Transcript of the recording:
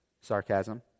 Sarcasm